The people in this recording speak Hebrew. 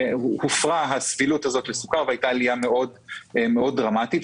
הופרה הסבילות הזאת לסוכר והייתה עלייה דרמטית מאוד.